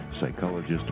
psychologist